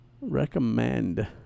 Recommend